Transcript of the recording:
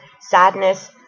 sadness